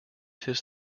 this